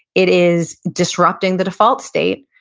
it is disrupting the default state,